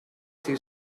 too